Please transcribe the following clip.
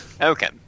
Okay